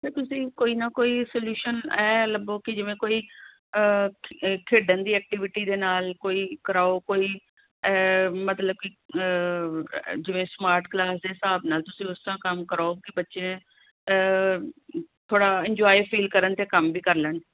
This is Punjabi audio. ਫਿਰ ਤੁਸੀਂ ਕੋਈ ਨਾ ਕੋਈ ਸਲਿਊਸ਼ਨ ਹੈ ਲੱਭੋ ਕਿ ਜਿਵੇਂ ਕੋਈ ਅ ਖੇਡਣ ਦੀ ਐਕਟੀਵੀਟੀ ਦੇ ਨਾਲ ਕੋਈ ਕਰਾਓ ਕੋਈ ਮਤਲਬ ਕਿ ਜਿਵੇਂ ਸਮਾਰਟ ਕਲਾਸ ਦੇ ਹਿਸਾਬ ਨਾਲ ਤੁਸੀਂ ਉਸ ਤਰਾਂ ਕੰਮ ਕਰਾਓ ਕਿ ਬੱਚੇ ਥੋੜ੍ਹਾ ਇੰਨਜੋਆਏ ਫੀਲ ਕਰਨ ਅਤੇ ਕੰਮ ਵੀ ਕਰ ਲੈਣ